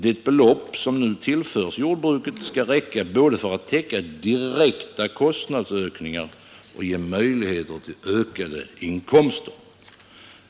Det belopp som nu tillförs jordbruket skall räcka både för att täcka direkta kostnadsökningar och ge möjligheter till ökade inkomster.